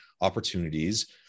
opportunities